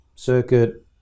circuit